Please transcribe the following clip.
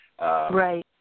Right